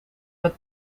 met